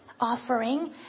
offering